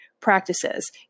practices